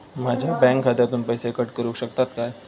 माझ्या बँक खात्यासून पैसे कट करुक शकतात काय?